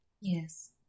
Yes